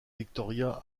victoria